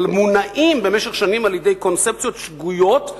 אבל מונעים במשך שנים על-ידי קונספציות שגויות,